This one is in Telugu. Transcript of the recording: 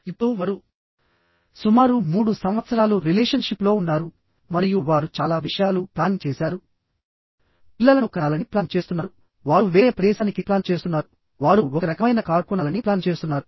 ఇప్పుడు వారు సుమారు మూడు సంవత్సరాలు రిలేషన్షిప్లో ఉన్నారు మరియు వారు చాలా విషయాలు ప్లాన్ చేసారు పిల్లలను కనాలని ప్లాన్ చేస్తున్నారు వారు వేరే ప్రదేశానికి ప్లాన్ చేస్తున్నారు వారు ఒక రకమైన కారు కొనాలని ప్లాన్ చేస్తున్నారు